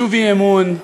שוב אי-אמון,